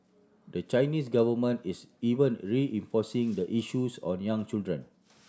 the Chinese government is even reinforcing the issues on young children